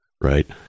Right